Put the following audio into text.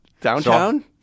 Downtown